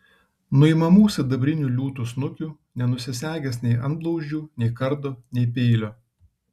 nuimamų sidabrinių liūtų snukių nenusisegęs nei antblauzdžių nei kardo nei peilio